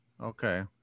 Okay